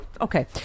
Okay